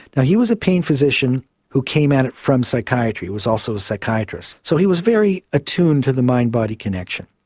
yeah he was a pain physician who came at it from psychiatry, he was also a psychiatrist, so he was very attuned to the mind-body connection.